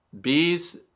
bees